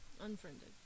Unfriended